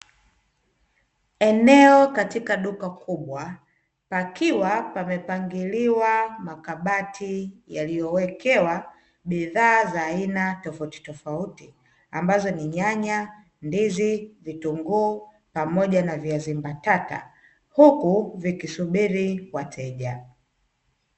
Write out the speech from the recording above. Eneo katika duka kubwa pakiwa pamepangiliwa makabati yaliyowekewa bidhaa za aina tofautitofauti ambazo ni nyanya, ndizi, vitunguu pamoja na viazi mbatata, huku vikisubiri wateja.